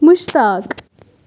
Mushtaq